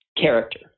character